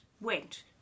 went